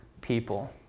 people